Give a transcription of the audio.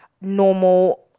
Normal